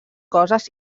coses